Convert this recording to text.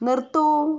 നിർത്തൂ